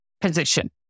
position